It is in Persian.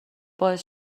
باعث